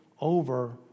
over